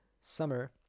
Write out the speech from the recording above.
summer